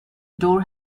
door